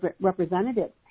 representatives